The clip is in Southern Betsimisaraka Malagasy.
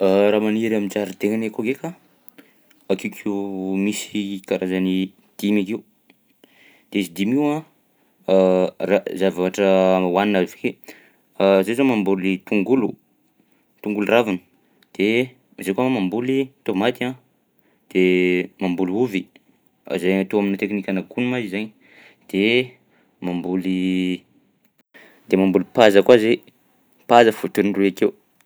Raha maniry amin-jaridainanay akao ndraika akeokeo misy karazany dimy akeo, de izy dimy io a ra- zavatra hohanina avy kia zahay zao mamboly tongolo tongolo ravina de zahay koa mamboly tômaty a de mamboly ovy izay atao aminà teknikanà gony ma izainy de mamboly de mamboly paza koa zahay, paza fotony roy akeo.